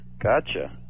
Gotcha